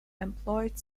employed